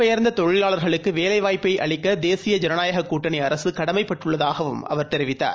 பெயர்ந்ததொழிலாளர்களுக்குவேலைவாய்ப்பைஅளிக்கதேசிய புலம் ஜனநாயககூட்டணிஅரசுகடமைப்பட்டுள்ளதாகவும் அவர் தெரிவித்தார்